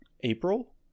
April